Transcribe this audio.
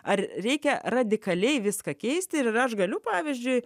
ar reikia radikaliai viską keisti ir aš galiu pavyzdžiui